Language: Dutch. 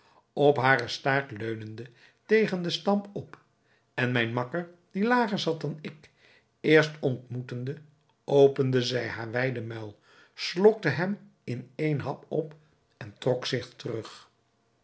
op haren staart leunende tegen den stam op en mijn makker die lager zat dan ik eerst ontmoetende opende zij haar wijden muil slokte hem in een hap op en trok zich terug